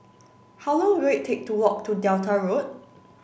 how long will it take to walk to Delta Road